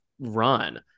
run